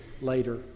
later